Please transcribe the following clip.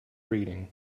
reading